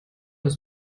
ist